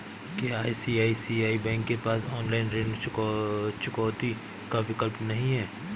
क्या ICICI bank के पास ऑनलाइन ऋण चुकौती का विकल्प नहीं है?